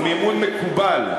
הוא מימון מקובל.